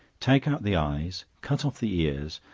take out the eyes, cut off the ears,